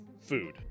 food